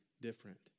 different